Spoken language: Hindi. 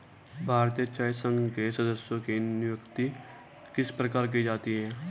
भारतीय चाय संघ के सदस्यों की नियुक्ति किस प्रकार की जाती है?